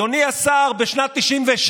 אדוני השר, בשנת 1993